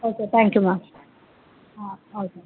okay thank you ma'am ah okay